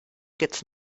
gets